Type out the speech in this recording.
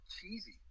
cheesy